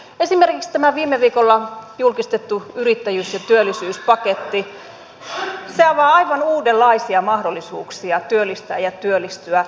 esimerkiksi tämä viime viikolla julkistettu yrittäjyys ja työllisyyspaketti avaa aivan uudenlaisia mahdollisuuksia työllistää ja työllistyä